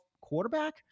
quarterback